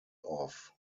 off